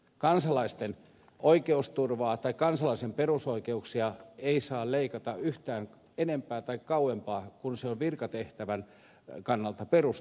kansalaisten oikeusturvaa tai kansalaisen perusoikeuksia ei saa leikata yhtään enempää tai kauempaa kuin se on virkatehtävän kannalta perusteltua ja tarkoituksenmukaista